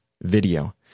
video